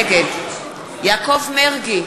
נגד יעקב מרגי,